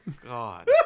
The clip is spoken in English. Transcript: God